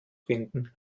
finden